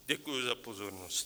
Děkuji za pozornost.